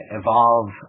evolve